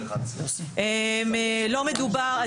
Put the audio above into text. לא מדובר,